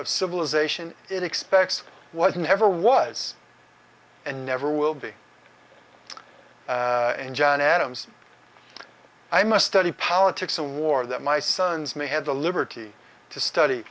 of civilization it expects was never was and never will be in john adams i must study politics and war that my sons may have the liberty to study